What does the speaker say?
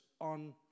on